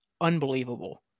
unbelievable